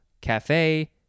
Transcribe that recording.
Cafe